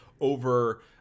over